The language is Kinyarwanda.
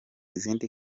izindi